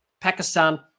Pakistan